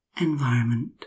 environment